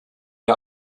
der